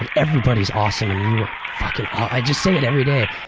and everybody's awesome and you are fucking i'd just say it every day.